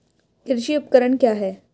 कृषि उपकरण क्या है?